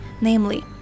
namely